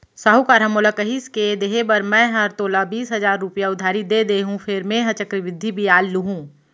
साहूकार ह मोला कहिस के देहे बर मैं हर तोला बीस हजार रूपया उधारी दे देहॅूं फेर मेंहा चक्रबृद्धि बियाल लुहूं